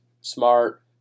smart